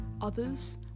others